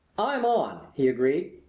i'm on! he agreed.